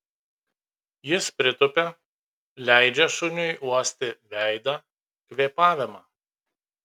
jis pritupia leidžia šuniui uosti veidą kvėpavimą